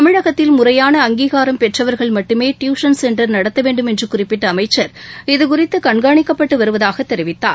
தமிழகத்தில் முறையான அங்கீகாரம் பெற்றவர்கள் மட்டுமே டியூசன் சென்டர் நடத்த வேண்டும் என்று குறிப்பிட்ட அமைச்சர் இதுகுறித்து கண்காணிக்கப்பட்டு வருவதாக தெரிவித்தார்